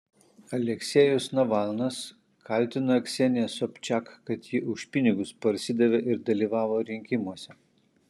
aleksejus navalnas kaltina kseniją sobčak kad ji už pinigus parsidavė ir dalyvavo rinkimuose